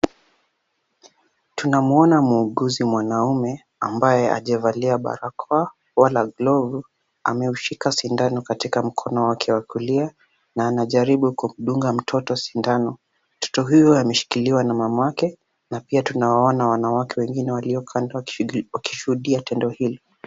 Tunamuona muuguzi mwanaume ambaye hajavalia barakoa wala glovu, ameshika sindano katika mkono wake wa kulia na anajaribu kumdunga mtoto sindano, mtoto huyo ameshikiliwa na mamake na pia tunawaona wanawake wengine walio kando wakishuhudia tendo hili.